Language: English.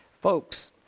Folks